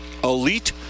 elite